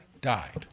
died